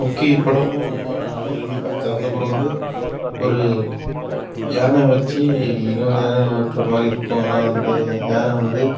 கும்கி படமும் ரொம்ப விரும்பி பார்த்தேன் அந்த படம் வந்து ஓரு யானையை வச்சு இன்னொரு யானையை ஓட்டுகிற மாதிரி இருக்கும் ஆனால் அந்த யானை வந்து